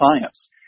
science